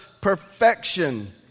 perfection